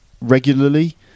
regularly